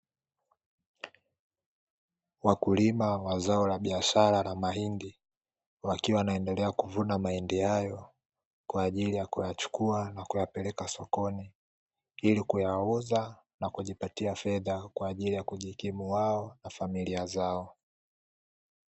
Wakulima wa zao la biashara la mahindi, wakiwa wanaendelea kuvuna mahindi hayo kwa ajili ya kuyachukua na kuyapeleka, ili kuyauza na kujipatia fedha kwa ajili ya kujikimu wao na familia zao.